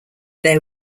there